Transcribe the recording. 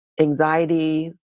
anxiety